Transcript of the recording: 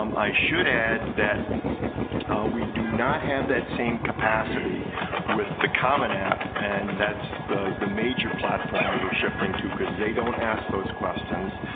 um i should add that we do not have that same capacity with the common app. and that's the the major platform we're shifting to. cause they don't ask those questions.